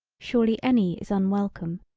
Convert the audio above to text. surely any is unwelcome,